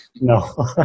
No